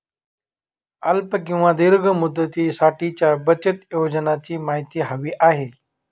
अल्प किंवा दीर्घ मुदतीसाठीच्या बचत योजनेची माहिती हवी आहे